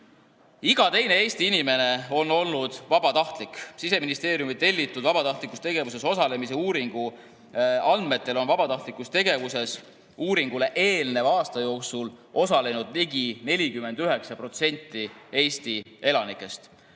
teine Eesti inimene on olnud vabatahtlik. Siseministeeriumi tellitud vabatahtlikus tegevuses osalemise uuringu andmetel on vabatahtlikus tegevuses uuringule eelneva aasta jooksul osalenud ligi 49% Eesti elanikest.